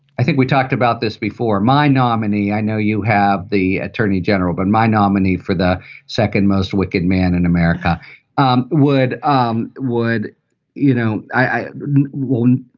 i think we talked about this before my nominee. i know you have the attorney general, but my nominee for the second most wicked man in america um would um would you know, i wouldn't.